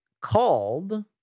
called